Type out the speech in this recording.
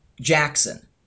Jackson